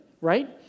right